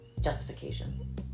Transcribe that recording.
Justification